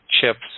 chips